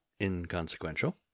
inconsequential